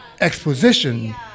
exposition